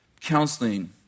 counseling